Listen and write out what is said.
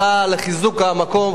לחיזוק המקום,